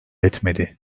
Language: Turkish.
etmedi